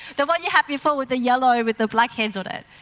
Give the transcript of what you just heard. the one you had before with the yellow with the black heads on it,